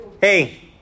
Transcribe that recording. Hey